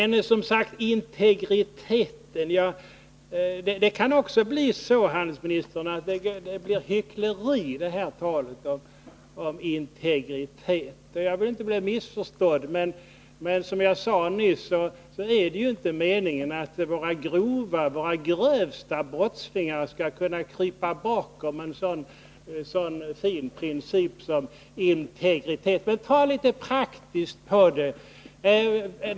När det talas om integritet, herr handelsminister, kan det också bli fråga om hyckleri. Jag vill inte bli missförstådd. Som jag sade nyss är det inte meningen att våra grövsta brottslingar skall kunna krypa bakom en sådan fin princip som principen om integritet. Men se litet praktiskt på saken!